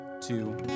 two